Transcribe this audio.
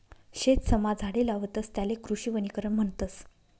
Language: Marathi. शेतसमा झाडे लावतस त्याले कृषी वनीकरण म्हणतस